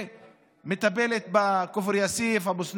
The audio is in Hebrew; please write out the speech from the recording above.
שמטפלת בכפר יאסיף, אבו סנאן,